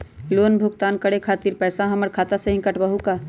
Loan भुगतान करे के खातिर पैसा हमर खाता में से ही काटबहु का?